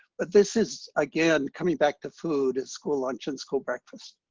but this is, again, coming back to food and school lunch and school breakfast.